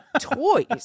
toys